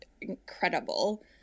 incredible